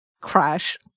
crash